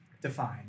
defined